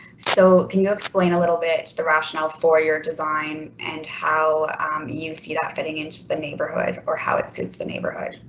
so can you explain a little bit the rationale for your design and how um you see that fitting into the neighborhood or how it suits the neighborhood?